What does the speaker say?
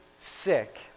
sick